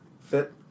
Fit